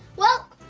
well,